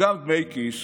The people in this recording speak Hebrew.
וגם דמי כיס,